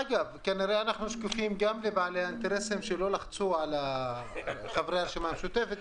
אנחנו שקופים גם לבעלי האינטרסים שלא לחצו על חברי הרשימה המשותפת